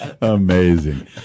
Amazing